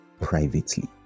privately